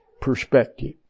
perspective